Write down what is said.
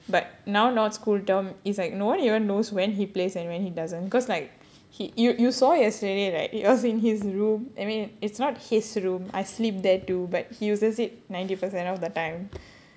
but now not school term it's like no one even knows when he plays and when he doesn't because like he you you saw yesterday right it was in his room I mean it's not his room I sleep there too but he uses it ninety percent of the time